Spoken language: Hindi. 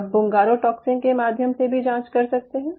आप बुंगारोटॉक्सिन के माध्यम से भी साथ जांच कर सकते हैं